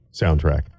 soundtrack